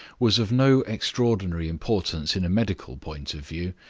was of no extraordinary importance in a medical point of view.